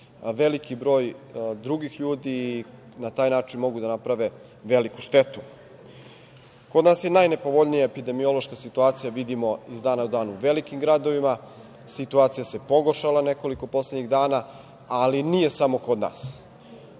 veliki broj drugih ljudi i na taj način mogu da naprave veliku štetu. Kod nas je najnepovoljnija epidemiološka situacija, vidimo iz dana u dan, u velikim gradovima, situacija se pogoršala u nekoliko poslednjih dana, ali nije samo kod nas.